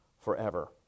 forever